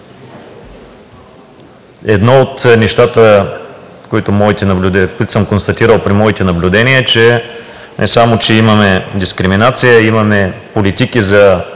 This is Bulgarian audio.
Едно от нещата, които съм констатирал при моите наблюдения, е, че не само имаме дискриминация, а имаме политики за